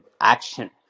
action